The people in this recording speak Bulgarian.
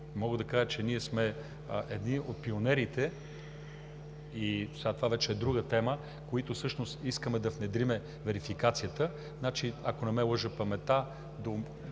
мога да кажа, че ние сме едни от пионерите, но това вече е друга тема, които всъщност искаме да внедрим верификацията. Ако не ме лъже паметта,